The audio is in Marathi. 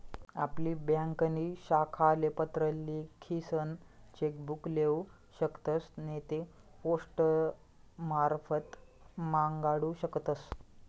आपली ब्यांकनी शाखाले पत्र लिखीसन चेक बुक लेऊ शकतस नैते पोस्टमारफत मांगाडू शकतस